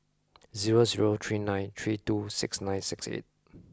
zero zero three nine three two six nine six eight